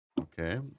Okay